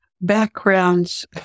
backgrounds